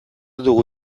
dugu